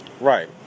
Right